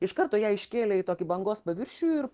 iš karto ją iškėlė į tokį bangos paviršių ir